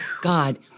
God